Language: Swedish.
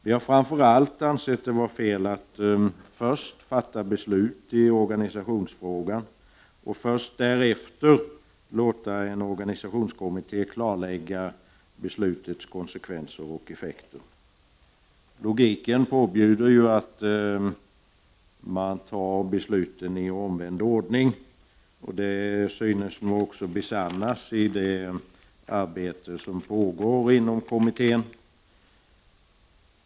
Vi har framför allt ansett att det är fel att först fatta beslut i organisationsfrågan och därefter låta en organisationskommitté klargöra beslutets konsekvenser och effekter. Logiken påbjuder att besluten fattas i omvänd ordning. Det synes nu också besannas i det arbete som pågår inom kommittén.